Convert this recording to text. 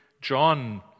John